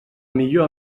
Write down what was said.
millor